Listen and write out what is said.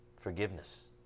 forgiveness